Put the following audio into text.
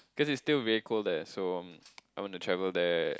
because it's still very cold there so I wanna travel there